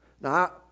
Now